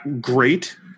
great